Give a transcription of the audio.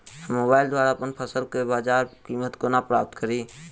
हम मोबाइल द्वारा अप्पन फसल केँ बजार कीमत कोना प्राप्त कड़ी?